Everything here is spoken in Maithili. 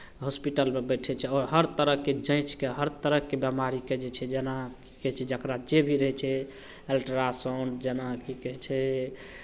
हॉस्पिटलमे बैठे छै आओर हर तरहके जाँचि कऽ हर तरहके बिमारीके जे छै जेना की कहै छै जकरा जे भी रहै छै अल्ट्रासाउंड जेना की कहै छै